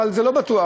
אבל זה לא בטוח,